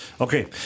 Okay